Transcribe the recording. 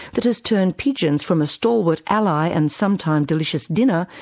that has turned pigeons from a stalwart ally and sometime delicious dinner,